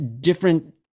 different